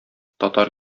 татар